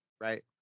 Right